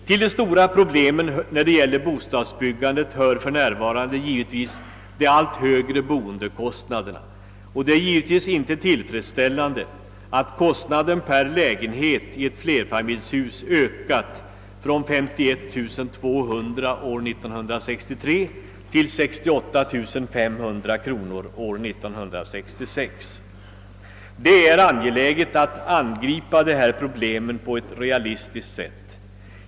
Till de stora problemen när det gäller bostadsbyggandet hör för närvarande de allt högre boendekostnaderna, och det är givetvis inte tillfredsställande att kostnaden per lägenhet i ett flerfamiljshus ökat från 51200 kronor år 1963 till 68 500 kronor år 1966. Det är angeläget att angripa de här problemen på ett realistiskt sätt.